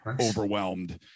overwhelmed